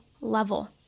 level